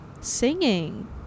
singing